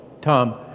Tom